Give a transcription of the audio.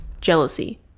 jealousy